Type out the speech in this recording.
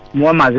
one like